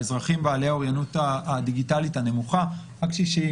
האזרחים בעלי האוריינות הדיגיטלית הנמוכה הקשישים,